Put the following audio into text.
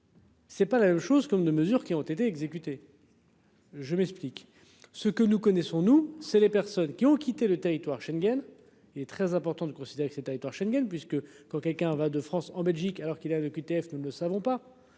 C'est pas la même chose comme de mesures qui ont été exécutés.-- Je m'explique, ce que nous connaissons, nous c'est les personnes qui ont quitté. Le territoire Schengen. Il est très important de considérer que ces territoires Schengen puisque quand quelqu'un va de France en Belgique alors qu'il a une OQTF, nous ne savons pas